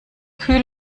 kühl